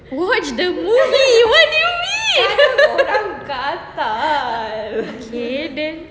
watch the movie what do you mean okay then